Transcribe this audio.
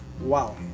Wow